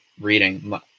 reading